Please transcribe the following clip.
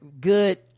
good